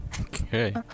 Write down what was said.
Okay